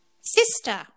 Sister